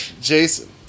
Jason